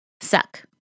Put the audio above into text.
suck